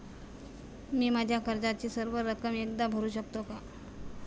मी माझ्या कर्जाची सर्व रक्कम एकदा भरू शकतो का?